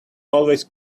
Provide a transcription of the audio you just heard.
always